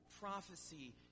prophecy